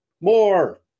more